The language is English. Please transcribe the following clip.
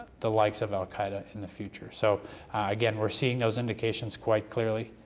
the likes of al qaeda in the future. so again, we're seeing those indications quite clearly.